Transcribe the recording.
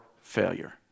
failure